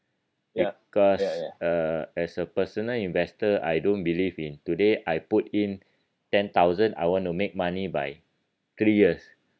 ya because uh as a personal investor I don't believe in today I put in ten thousand I want to make money by three years